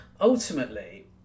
ultimately